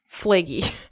flaggy